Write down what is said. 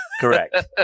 Correct